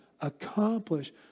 accomplish